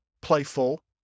playful